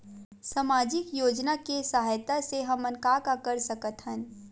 सामजिक योजना के सहायता से हमन का का कर सकत हन?